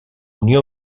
unió